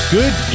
good